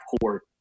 court